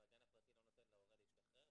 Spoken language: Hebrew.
והגן הפרטי לא נותן להורה להשתחרר,